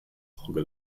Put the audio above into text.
auge